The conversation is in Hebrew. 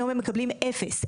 היום הם מקבלים אפס.